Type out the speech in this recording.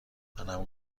منم